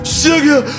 sugar